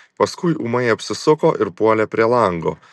paskui ūmai apsisuko ir puolė prie lango